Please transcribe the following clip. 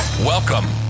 Welcome